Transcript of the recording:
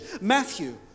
Matthew